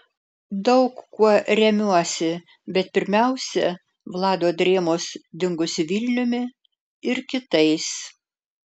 daug kuo remiuosi bet pirmiausia vlado drėmos dingusiu vilniumi ir kitais